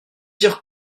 dire